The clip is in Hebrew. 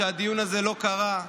שהדיון הזה לא קרה.